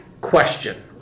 question